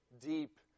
deep